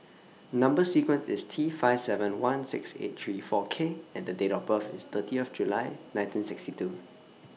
Number sequence IS T five seven one six eight three four K and The Date of birth IS thirty of July nineteen sixty two